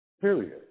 period